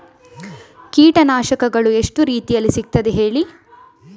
ಕೀಟನಾಶಕಗಳು ಎಷ್ಟು ರೀತಿಯಲ್ಲಿ ಸಿಗ್ತದ ಹೇಳಿ